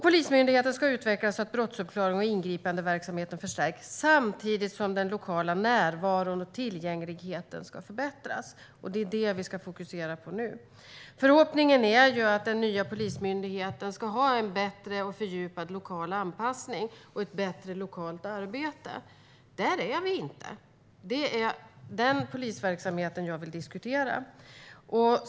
Polismyndigheten ska utvecklas så att brottsuppklaringen och ingripandeverksamheten förstärks, samtidigt som den lokala närvaron och tillgängligheten ska förbättras. Det är det vi ska fokusera på nu. Förhoppningen är att den nya polismyndigheten ska ha en bättre och fördjupad lokal anpassning och ett bättre lokalt arbete. Där är vi inte, och det är den polisverksamheten jag vill diskutera.